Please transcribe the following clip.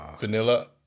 Vanilla